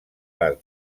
les